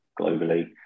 globally